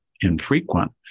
infrequent